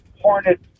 hornet